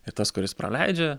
ir tas kuris praleidžia